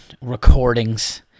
recordings